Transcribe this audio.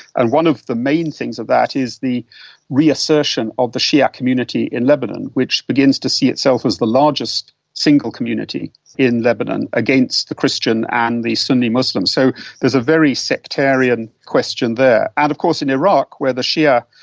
and one of the main things of that is the reassertion of the shia community in lebanon, which begins to see itself as the largest single community in lebanon against the christian and the sunni muslims. so there's a very sectarian question there. and of course in iraq, where the shia,